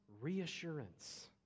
reassurance